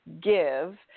give